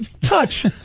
touch